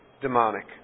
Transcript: demonic